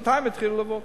בינתיים התחילו לעבוד.